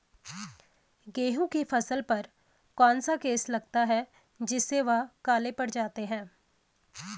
गेहूँ की फसल पर कौन सा केस लगता है जिससे वह काले पड़ जाते हैं?